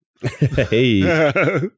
hey